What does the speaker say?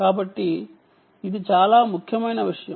కాబట్టి ఇది చాలా ముఖ్యమైన విషయం